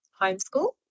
homeschool